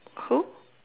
who